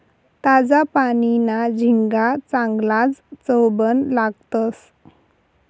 ताजा पानीना झिंगा चांगलाज चवबन लागतंस